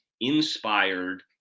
inspired